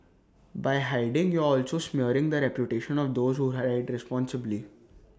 by hiding you're also smearing the reputation of those who ride responsibly